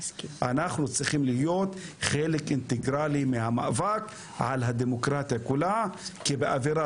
אנחנו צריכים להיות חלק אינטגרלי מהמאבק על הדמוקרטיה כולה כי באווירה